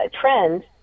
trend